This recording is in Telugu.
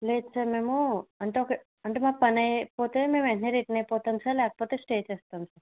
లేదు సార్ మేము అంటే అక్కడ అంటే మా పని అయిపోతే మేము వెంటనే రిటర్న్ అయిపోతాం సార్ లేకపోతే స్టే చేస్తాం సార్